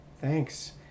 thanks